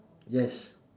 yes